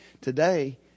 today